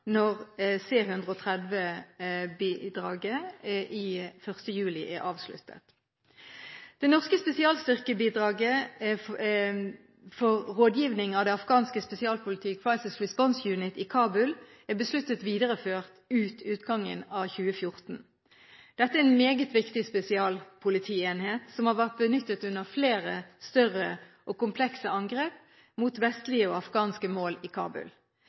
når C-130J-bidraget er avsluttet 1. juli. Det norske spesialstyrkebidraget for rådgivning av det afghanske spesialpolitiet Crisis Response Unit i Kabul er besluttet videreført til utgangen av 2014. Dette er en meget viktig spesialpolitienhet som har vært benyttet under flere større og komplekse angrep mot vestlige og afghanske mål i Kabul.